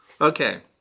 Okay